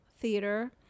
theater